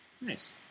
Nice